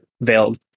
veiled